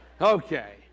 Okay